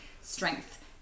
strength